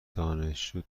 دانشجو